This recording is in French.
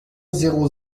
zéro